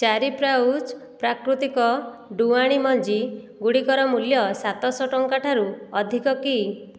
ଚାରି ପାଉଚ୍ ପ୍ରାକୃତିକ ଜୁଆଣି ମଞ୍ଜି ଗୁଡ଼ିକର ମୂଲ୍ୟ ସାତ ଶହ ଟଙ୍କା ଠାରୁ ଅଧିକ କି